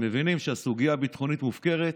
הם מבינים שהסוגיה הביטחונית מופקרת,